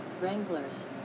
wranglers